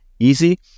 easy